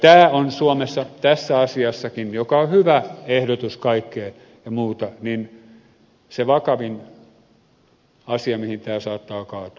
tämä on suomessa tässä asiassakin joka on hyvä ehdotus kaikkeen ja muuta se vakavin asia mihin tämä saattaa kaatua